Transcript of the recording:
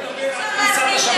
הוא הולך לדבר עד כניסת השבת.